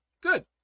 good